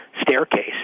staircase